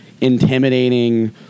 intimidating